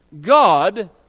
God